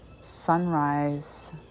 Sunrise